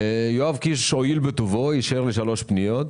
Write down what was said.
יואב קיש הואיל בטובו, אישר לי שלוש פניות.